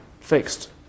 fixed